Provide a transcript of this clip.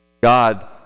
God